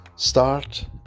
start